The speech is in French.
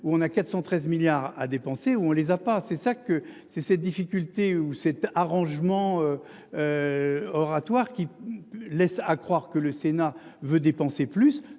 ou on a 413 milliards à dépenser où on les a pas, c'est ça que ces ces difficultés où cet arrangement. Oratoire qui laisse à croire que le Sénat veut dépenser plus,